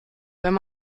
wenn